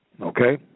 Okay